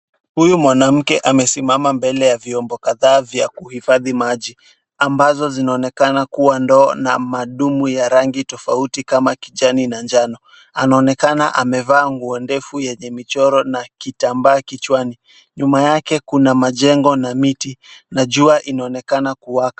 Huyu mwanamke amesimama mbele ya vyombo kadhaa vya kuhufadhi maji, ambavyo vinaonekana kama ndoo na madumbwi ya rangi tofauti kama kijani na njano. Anaonekana amevaa nguo ndefu yenye michoro na kitambaa kichwani. Nyuma yake kuna majengo na miti na jua inaonekana kuwaka.